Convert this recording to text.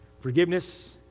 Forgiveness